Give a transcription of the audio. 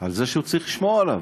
על זה שהוא צריך שמירה עליו.